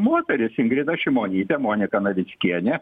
moterys ingrida šimonytė monika navickienė